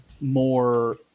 more